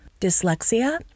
dyslexia